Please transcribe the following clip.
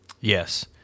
Yes